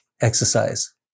exercise